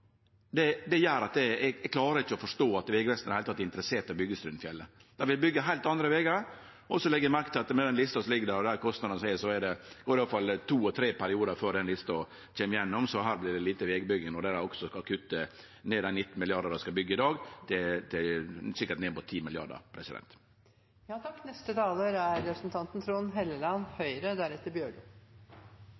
Det gjer at eg klarer ikkje forstå at Vegvesenet i det heile er interessert i å byggje Strynefjellet. Dei vil byggje heilt andre vegar, og så legg eg merke til at med den lista som ligg der, og kostnadene som er, går det iallfall to og tre periodar før den lista kjem gjennom. Her vert det lite vegbygging, når dei også skal kutte nær 19 mrd. kr for det dei skal byggje dag, til sikkert ned mot 10 mrd. kr. Det var komitélederen som fikk meg til å ta ordet, for han lurte på